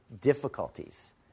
difficulties